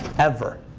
ever.